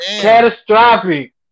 Catastrophic